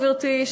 גברתי,